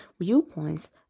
viewpoints